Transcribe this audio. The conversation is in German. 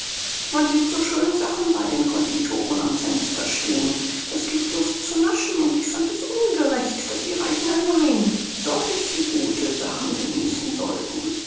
man sieht so schöne sachen bei den conditoren am fenster stehen das giebt lust zu naschen und ich fand es ungerecht daß die reichen allein solche gute sachen genießen sollten